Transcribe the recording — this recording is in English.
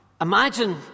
imagine